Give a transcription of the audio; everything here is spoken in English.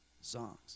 songs